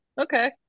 okay